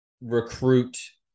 recruit